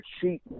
cheat